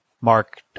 Mark